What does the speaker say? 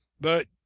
But